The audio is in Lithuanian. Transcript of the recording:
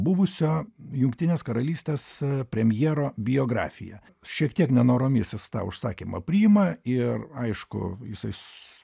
buvusio jungtinės karalystės premjero biografiją šiek tiek nenoromis jis tą užsakymą priima ir aišku visas